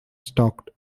stocked